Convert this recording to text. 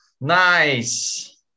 nice